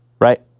Right